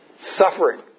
suffering